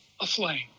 aflame